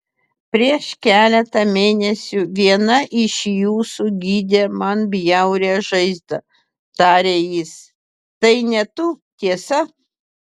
prieš keletą mėnesių viena iš jūsų gydė man bjaurią žaizdą tarė jis tai ne tu tiesa